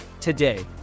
today